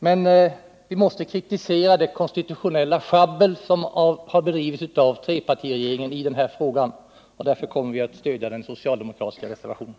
Men vi måste framför allt kritisera det konstitutionella sjabbel som har bedrivits av trepartiregeringen i denna fråga. Därför kommer vi att stödja den socialdemokratiska reservationen.